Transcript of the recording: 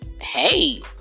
hey